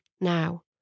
now